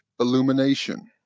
illumination